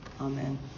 amen